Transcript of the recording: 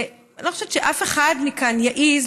ואני לא חושבת שאף אחד מכאן יעז,